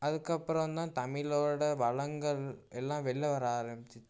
அதுக்கு அப்புறம் தான் தமிழோட வளங்கள் எல்லாம் வெளில் வர ஆரமிச்சிச்சு